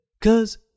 Cause